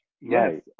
Yes